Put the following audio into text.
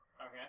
Okay